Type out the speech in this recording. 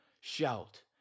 Shout